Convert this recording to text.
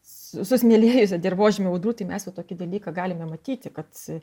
s susmėlėjusio dirvožemio audrų tai mes jau tokį dalyką galime matyti kad